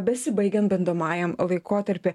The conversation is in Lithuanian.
besibaigiant bandomajam laikotarpiui